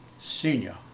Senior